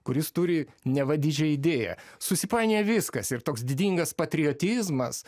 kuris turi neva didžią idėją susipainioja viskas ir toks didingas patriotizmas